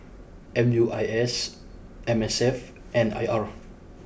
M U I S M S F and I R